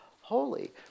holy